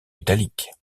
italique